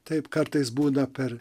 taip kartais būna per